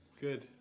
Good